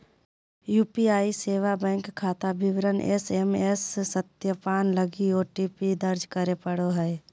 UPI सेवा bank खाता विवरण एस.एम.एस सत्यापन लगी ओ.टी.पी दर्ज करे पड़ो हइ